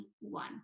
one